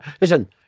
Listen